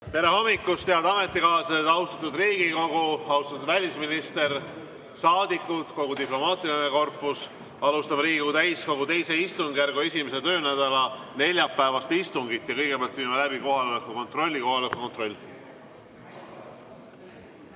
Tere hommikust! Head ametikaaslased, austatud Riigikogu! Austatud välisminister, saadikud, kogu diplomaatiline korpus! Alustame Riigikogu täiskogu II istungjärgu 1. töönädala neljapäevast istungit. Ja kõigepealt viime läbi kohaloleku kontrolli. Kohaloleku kontroll.